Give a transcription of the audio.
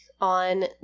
on